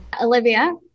Olivia